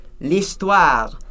l'histoire